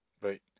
Right